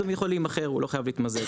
הוא גם יכול להימכר הוא לא חייב להתמזג.